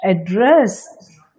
address